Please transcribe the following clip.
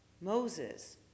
Moses